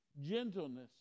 gentleness